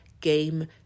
game